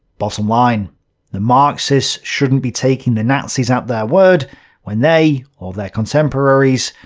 bottom line the marxists shouldn't be taking the nazis at their word when they, or their contemporaries,